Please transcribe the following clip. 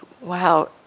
wow